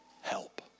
help